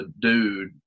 dude